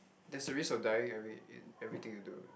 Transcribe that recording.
there's a risk of dying every in everything you do